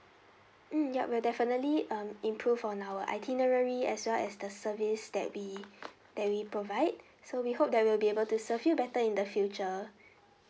mm yup we will definitely um improve on our itinerary as well as the service that we that we provide so we hope that we will be able to serve you better in the future